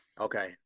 okay